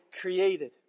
created